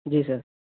جی سر